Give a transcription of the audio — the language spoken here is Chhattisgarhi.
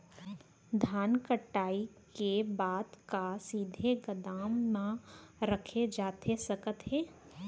धान कटाई के बाद का सीधे गोदाम मा रखे जाथे सकत हे?